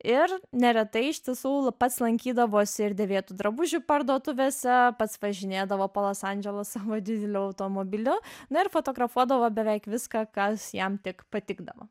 ir neretai iš tiesų pats lankydavosi ir dėvėtų drabužių parduotuvėse pats važinėdavo po los andželą savo dideliu automobiliu na ir fotografuodavo beveik viską kas jam tik patikdavo